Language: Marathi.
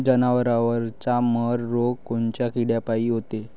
जवारीवरचा मर रोग कोनच्या किड्यापायी होते?